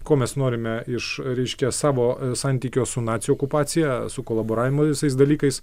ko mes norime iš reiškia savo santykio su nacių okupacija su kolaboravimo visais dalykais